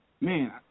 Man